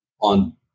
on